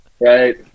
right